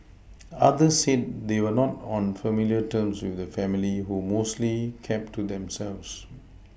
others said they were not on familiar terms with the family who mostly kept to themselves